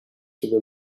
through